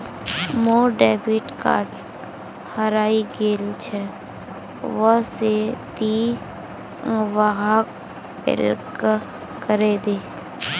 मोर debit card हरइ गेल छ वा से ति वहाक ब्लॉक करे दे